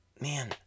man